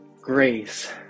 grace